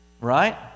Right